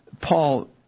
Paul